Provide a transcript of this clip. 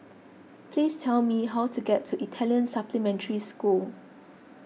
please tell me how to get to Italian Supplementary School